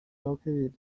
located